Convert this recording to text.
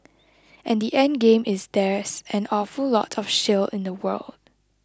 and the endgame is there's an awful lot of shale in the world